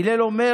"הלל אומר,